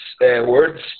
words